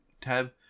tab